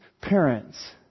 parents